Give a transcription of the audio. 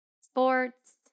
sports